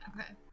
Okay